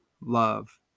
love